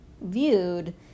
viewed